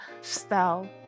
style